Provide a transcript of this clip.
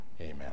Amen